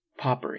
paupery